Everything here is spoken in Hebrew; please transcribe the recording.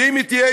ואם היא תהיה,